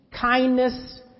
kindness